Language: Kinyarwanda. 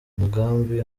mugambi